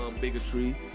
bigotry